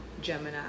Gemini